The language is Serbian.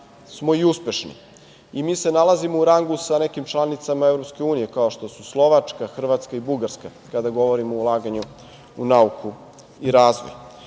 smo i uspešni. Mi se nalazimo u rangu sa nekim članicama EU kao što su Slovačka, Hrvatska i Bugarska, kada govorimo o ulaganju u nauku i razvoj.